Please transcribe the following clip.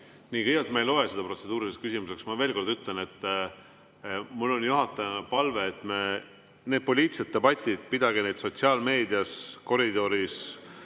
Kõigepealt, ma ei loe seda protseduuriliseks küsimuseks. Ma veel kord ütlen, et mul on juhatajana palve, et need poliitilised debatid pidage sotsiaalmeedias, koridoris.